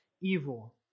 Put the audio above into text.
evil